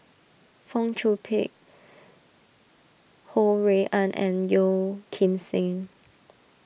Fong Chong Pik Ho Rui An and Yeo Kim Seng